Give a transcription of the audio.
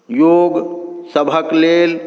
योग सबके लेल